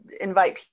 invite